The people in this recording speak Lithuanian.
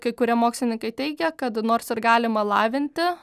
kai kurie mokslininkai teigia kad nors ir galima lavinti